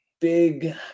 big